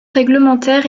réglementaire